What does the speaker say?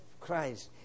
Christ